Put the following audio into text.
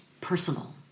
personal